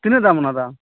ᱛᱤᱱᱟᱹᱜ ᱫᱟᱢ ᱚᱱᱟ ᱫᱚ